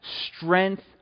strength